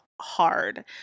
hard